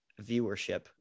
viewership